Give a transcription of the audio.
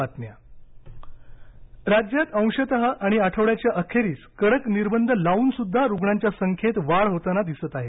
बैठक राज्यात अंशतः आणि आठवड्याच्या अखेरीस कडक निर्बंध लावूनसुद्धा रुग्णांच्या संख्येत वाढ होताना दिसत आहे